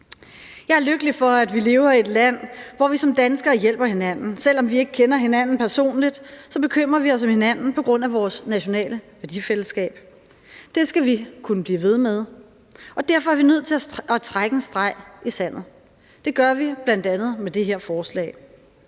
Jeg er lykkelig for, at vi lever i et land, hvor vi som danskere hjælper hinanden. Selv om vi ikke kender hinanden personligt, bekymrer vi os om hinanden på grund af vores nationale værdifællesskab. Det skal vi kunne blive ved med, og derfor er vi nødt til at trække en streg i sandet. Det gør vi bl.a. med det her forslag.